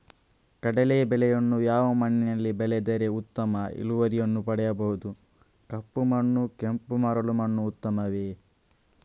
ಕಡಲೇ ಬೆಳೆಯನ್ನು ಯಾವ ಮಣ್ಣಿನಲ್ಲಿ ಬೆಳೆದರೆ ಉತ್ತಮ ಇಳುವರಿಯನ್ನು ಪಡೆಯಬಹುದು? ಕಪ್ಪು ಮಣ್ಣು ಕೆಂಪು ಮರಳು ಮಣ್ಣು ಉತ್ತಮವೇ?